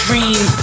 Dream